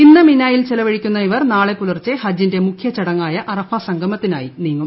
ഇന്ന് മിനായിൽ ചെലവഴിക്കുന്ന ഇവർ നാളെ പുലർച്ചെ ഹജ്ജിന്റെ മുഖ്യ ചടങ്ങായ അറഫാ സംഗമത്തിനായി നീങ്ങും